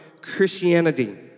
Christianity